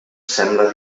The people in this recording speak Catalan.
sembla